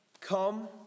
come